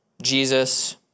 Jesus